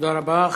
תודה רבה.